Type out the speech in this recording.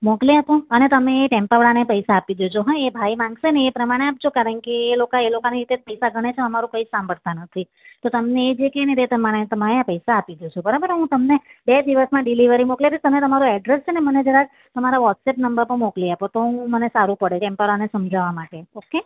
મોકલી આપું અને તમે એ ટેમ્પાવાળાને પૈસા આપી દેજો હોં એ ભાઈ માગશે ને એ પ્રમાણે આપજો કારણ કે એ લોકા એ લોકોની રીતે પૈસા ગણે છે અમારું કંઈ સાંભળતા નથી તો તમને એ જે કહે ને એ પ્રમાણે તમે પૈસા આપી દેજો બરાબર હું તમને બે દિવસમાં ડિલિવરી મોકલાવી દઈશ તમે તમારું એડ્રેસ છે ને મને જરાક તમારા વોટ્સેપ નંબર પર મોકલી આપો તો હું મને સારું પડે ટેમ્પાવાળાને સમજાવવા માટે ઓકે